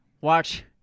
watch